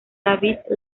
david